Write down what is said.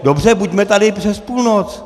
Dobře, buďme tady přes půlnoc!